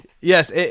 Yes